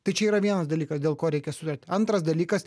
tai čia yra vienas dalykas dėl ko reikia sutart antras dalykas